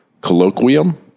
colloquium